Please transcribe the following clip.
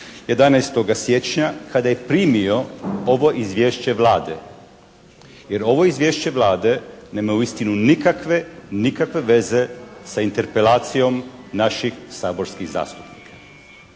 11. siječnja kada je primio ovo izvješće Vlade, jer ovo izvješće Vlade nema uistinu nikakve veze sa interpelacijom naših saborskih zastupnika.